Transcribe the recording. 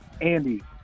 Andy